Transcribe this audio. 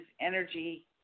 energy